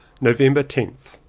november tenth.